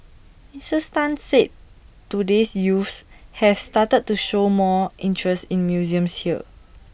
Sirs Tan said today's youth have started to show more interest in museums here